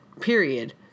period